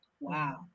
Wow